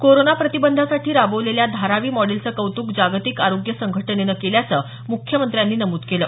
corona प्रतिबंधासाठी राबवलेल्या धारावी मॉडेलचं कौतुक जागतिक आरोग्य संघटनेनं केल्याचं मुख्यमंत्र्यांनी नमूद केलं